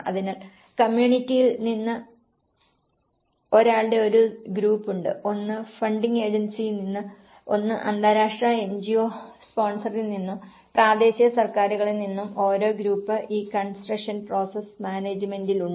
അതിനാൽ കമ്മ്യൂണിറ്റിയിൽ നിന്ന് ഒരാളുടെ ഒരു ഗ്രൂപ്പുണ്ട് ഒന്ന് ഫണ്ടിംഗ് ഏജൻസിയിൽ നിന്ന് ഒന്ന് അന്താരാഷ്ട്ര എൻജിഒ സ്പോൺസറിൽ നിന്നും പ്രാദേശിക സർക്കാരുകളിൽ നിന്നും ഓരോ ഗ്രൂപ്പ് ഈ കൺസ്ട്രക്ഷൻ പ്രോസസ്സ് മാനേജ്മെന്റിൽ ഉണ്ട്